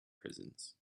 prisons